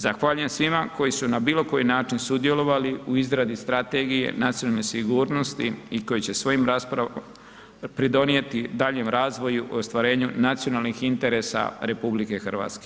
Zahvaljujem svima koji su na bilo koji način sudjelovali u izradi strategije nacionalne sigurnosti i koji će svojim raspravama pridonijeti daljnjem razvoju i ostvarenju nacionalnih interesa RH.